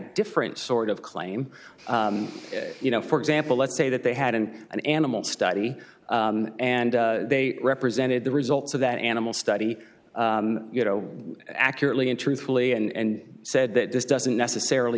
different sort of claim you know for example let's say that they had in an animal study and they represented the results of that animal study you know accurately and truthfully and said that this doesn't necessarily